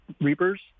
Reapers